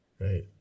Right